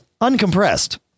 uncompressed